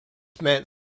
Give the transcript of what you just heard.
meant